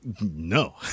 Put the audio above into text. No